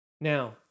Now